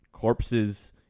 corpses